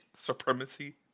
supremacy